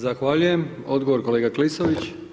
Zahvaljujem, odgovor kolega Klisović.